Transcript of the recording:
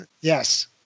Yes